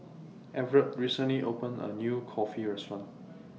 Evertt recently opened A New Kulfi Restaurant